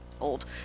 old